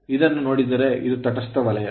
ಇದನ್ನು ನೋಡಿದರೆ ಇದು ತಟಸ್ಥ ವಲಯ